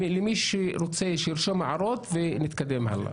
מי שרוצה, שירשום הערות ונתקדם הלאה.